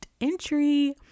entry